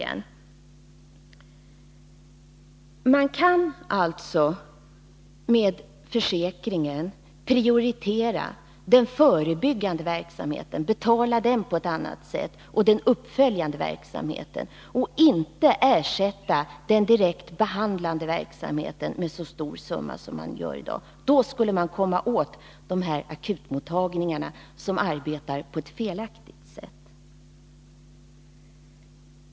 Om man via den allmänna försäkringen prioriterar den förebyggande verksamheten och den uppföljande verksamheten, utan att låta patienterna betala så stora avgifter i den direkt behandlande verksamheten som de gör i dag, skulle man komma åt de akutmottagningar som arbetar på ett felaktigt sätt.